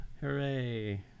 hooray